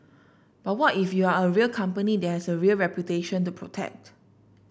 but what if you are a real company that has a real reputation to protect